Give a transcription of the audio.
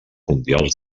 mundials